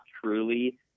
truly